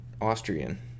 Austrian